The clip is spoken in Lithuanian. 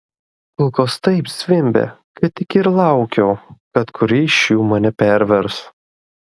kulkos taip zvimbė kad tik ir laukiau kada kuri iš jų mane pervers